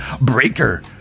Breaker